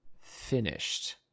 finished